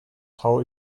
tau